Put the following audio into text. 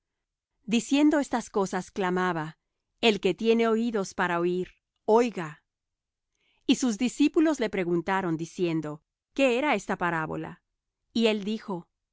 diciendo estas cosas clamaba el que tiene oídos para oir oiga y sus discípulos le preguntaron diciendo qué era está parábola y él dijo